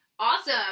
Awesome